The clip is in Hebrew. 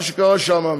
מה שקרה שם,